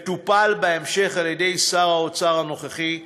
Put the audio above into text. וזה טופל בהמשך על-ידי שר האוצר הנוכחי,